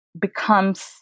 becomes